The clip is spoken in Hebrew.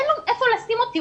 אין לו איפה לשים אותי.